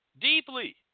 deeply